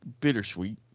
bittersweet